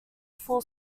full